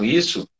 isso